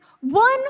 one